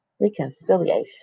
Reconciliation